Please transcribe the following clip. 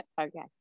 Okay